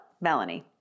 Melanie